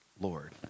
Lord